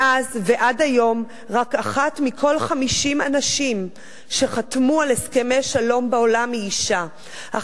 מאז ועד היום רק אחת מכל 50 אנשים שחתמו על הסכמי שלום בעולם היא אשה,